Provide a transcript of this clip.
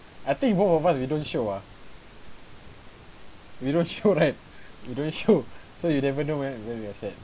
I think it both of us we don't show ah we don't show right we don't show so you never when when we are sad